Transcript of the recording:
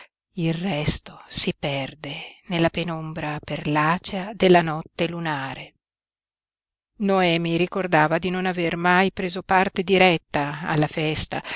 il resto si perde nella penombra perlacea della notte lunare noemi ricordava di non aver mai preso parte diretta alla festa